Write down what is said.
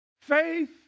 Faith